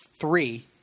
three